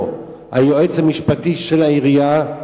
או היועץ המשפטי של העירייה,